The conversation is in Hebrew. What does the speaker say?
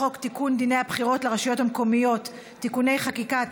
לתיקון דיני הבחירות לרשויות המקומיות (תיקוני חקיקה),